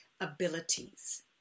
abilities